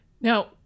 Now